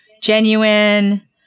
genuine